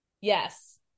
Yes